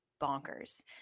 bonkers